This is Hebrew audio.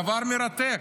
דבר מרתק: